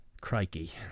Crikey